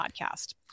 podcast